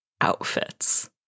outfits